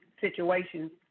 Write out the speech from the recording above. situations